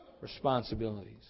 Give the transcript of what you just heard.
responsibilities